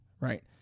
right